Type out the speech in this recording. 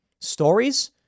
Stories